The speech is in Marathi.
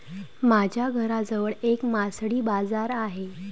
माझ्या घराजवळ एक मासळी बाजार आहे